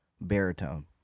baritone